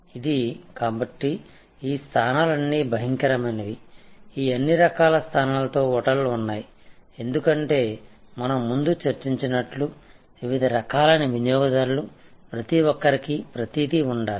ఇది కాబట్టి ఈ స్థానాలన్నీ భయంకరమైనవి ఈ అన్ని రకాల స్థానాలతో హోటళ్ళు ఉన్నాయి ఎందుకంటే మనం ముందు చర్చించినట్లు వివిధ రకాలైన వినియోగదారులు ప్రతి ఒక్కరికీ ప్రతిదీ ఉండాలి